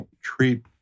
treat